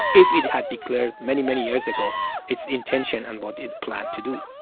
if it had declared many, many years ago its intention and what it planned to do.